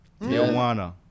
Tijuana